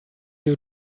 you